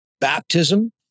baptism